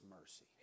mercy